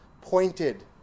pointed